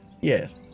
Yes